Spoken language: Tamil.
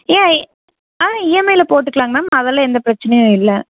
ஏ ஆ இஎம்ஐயில் போட்டுக்குலாங்க மேம் அதெல்லாம் எந்த பிரச்சினையும் இல்லை